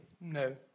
No